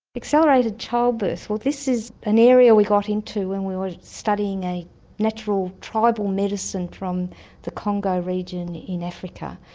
accelerated childbirth, this is an area we got into when we were studying a natural tribal medicine from the congo region in africa.